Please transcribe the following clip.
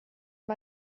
war